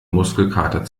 muskelkater